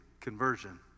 conversion